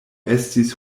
estis